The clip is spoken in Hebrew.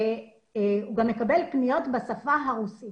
הוא גם מקבל פניות בשפה הרוסית